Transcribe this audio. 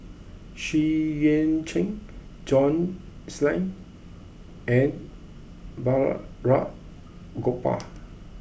Xu Yuan Zhen John Clang and Balraj Gopal